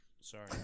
Sorry